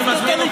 אלקין,